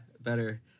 better